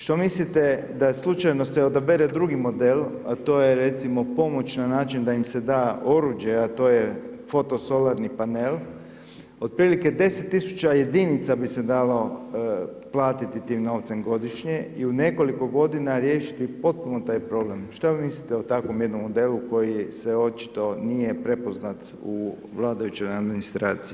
Što mislite da slučajno se odabere drugi model, a to je recimo pomoć na način da im se da oruđe a to je fotosolarni panel od prilike 10.000 jedinica bi se dalo platiti tim novcem godišnje i u nekoliko godina riješiti potpuno taj problem šta vi mislite o takvom jednom modelu koji se očito nije prepoznat u vladajućoj administraciji.